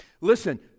Listen